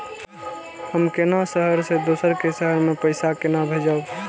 हम केना शहर से दोसर के शहर मैं पैसा केना भेजव?